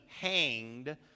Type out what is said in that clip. hanged